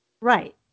Right